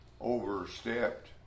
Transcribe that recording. overstepped